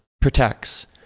protects